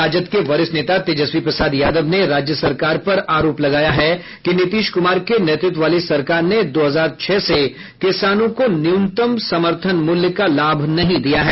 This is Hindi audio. राजद के वरिष्ठ नेता तेजस्वी प्रसाद यादव ने राज्य सरकार पर आरोप लगाया कि नीतीश कुमार के नेतृत्व वाली सरकार ने दो हजार छह से किसानों को न्यूनतम समर्थन मूल्य का लाभ नहीं दिया है